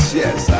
yes